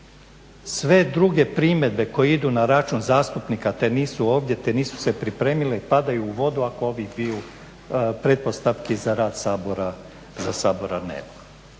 Sve druge primjedbe koje idu na račun zastupnika te nisu ovdje, te nisu se pripremili padaju u vodu ako ovih dviju pretpostavki za rad Sabora nema.